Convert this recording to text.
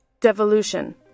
Devolution